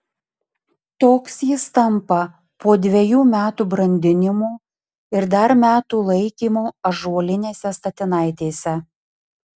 toks jis tampa po dvejų metų brandinimo ir dar metų laikymo ąžuolinėse statinaitėse